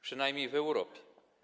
Przynajmniej w Europie.